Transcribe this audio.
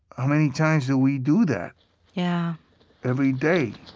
how many times do we do that yeah every day?